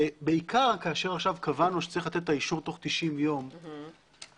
- בעיקר כאשר קבענו שצריך לתת את האישור תוך 90 יום יש להבין,